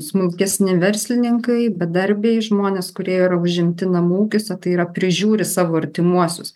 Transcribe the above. smulkesni verslininkai bedarbiai žmonės kurie iyra užimti namų ūkiuose tai yra prižiūri savo artimuosius